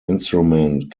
instrument